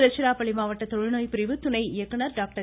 திருச்சிராப்பள்ளி மாவட்ட தொழுநோய் பிரிவு துணை இயக்குநர் டாக்டர்